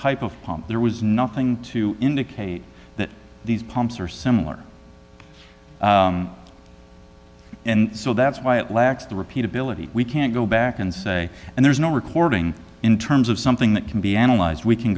type of pump there was nothing to indicate that these pumps are similar and so that's why it lacks the repeatability we can't go back and say and there's no recording in terms of something that can be analyzed we can